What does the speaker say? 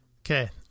Okay